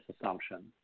assumption